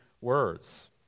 words